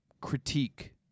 critique